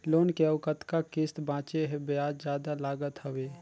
Loan के अउ कतका किस्त बांचें हे? ब्याज जादा लागत हवय,